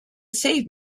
save